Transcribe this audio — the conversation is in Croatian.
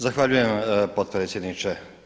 Zahvaljujem potpredsjedniče.